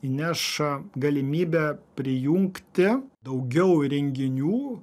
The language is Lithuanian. įneš a galimybę prijungti daugiau įrenginių